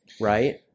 right